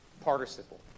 participle